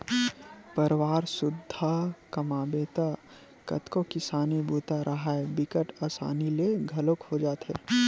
परवार सुद्धा कमाबे त कतको किसानी बूता राहय बिकट असानी ले घलोक हो जाथे